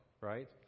right